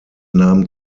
nahmen